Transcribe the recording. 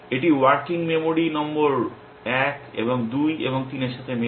এটি working memory number 1 এবং 2 এবং 3 এর সাথে মেলে